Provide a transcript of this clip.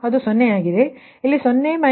ಅದು 0